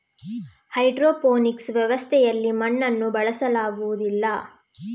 hydroponics ವ್ಯವಸ್ಥೆಯಲ್ಲಿ ಮಣ್ಣನ್ನು ಬಳಸಲಾಗುವುದಿಲ್ಲ